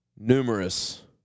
numerous